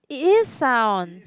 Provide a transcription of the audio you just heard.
it is sound